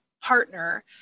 partner